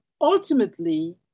ultimately